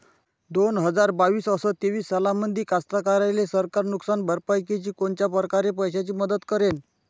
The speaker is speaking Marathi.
दोन हजार बावीस अस तेवीस सालामंदी कास्तकाराइले सरकार नुकसान भरपाईची कोनच्या परकारे पैशाची मदत करेन?